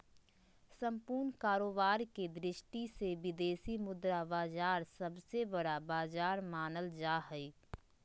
सम्पूर्ण कारोबार के दृष्टि से विदेशी मुद्रा बाजार सबसे बड़ा बाजार मानल जा हय